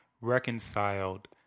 reconciled